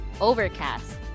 Overcast